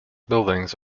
buildings